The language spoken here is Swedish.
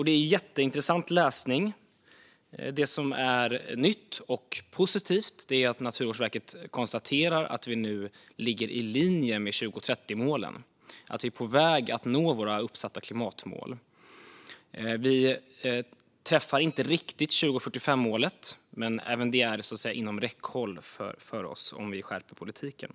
Det är jätteintressant läsning. Det som är nytt och positivt är att Naturvårdsverket konstaterar att vi nu ligger i linje med 2030-målen och att vi är på väg att nå våra uppsatta klimatmål. Vi träffar inte riktigt 2045-målet. Men även det är inom räckhåll för oss om vi skärper politiken.